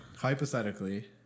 hypothetically